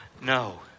No